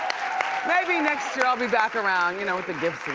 maybe next year, i'll be back around, you know, with the gifts